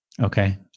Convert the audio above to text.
Okay